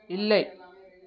இல்லை